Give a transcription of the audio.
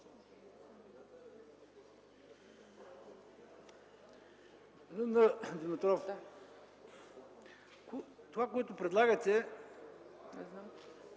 това, което предлагате,